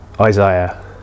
Isaiah